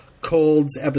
Cold's